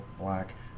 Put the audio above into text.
black